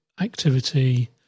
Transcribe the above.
activity